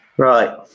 Right